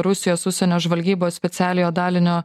rusijos užsienio žvalgybos specialiojo dalinio